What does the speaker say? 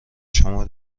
شما